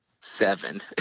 seven